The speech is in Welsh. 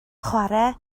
chwarae